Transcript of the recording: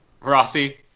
Rossi